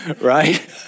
right